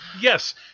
Yes